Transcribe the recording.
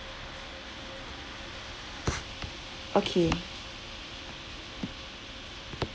okay